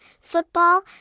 football